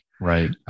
Right